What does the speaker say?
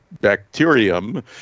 bacterium